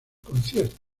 conciertos